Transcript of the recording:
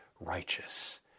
righteous